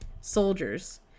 soldiers